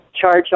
charge